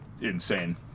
insane